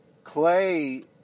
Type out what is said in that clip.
Clay